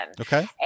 Okay